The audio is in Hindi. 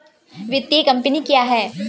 वित्तीय कम्पनी क्या है?